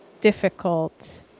difficult